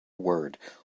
word